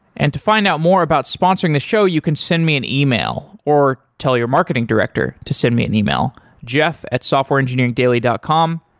and to find out more about sponsoring the show, you can send me an email or tell your marketing director to send me an email, jeff at softwareengineeringdaily dot com.